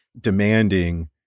demanding